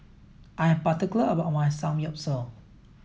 I am particular about my Samgyeopsal